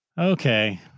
Okay